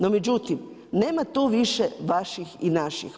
No međutim, nema tu više vaših i naših.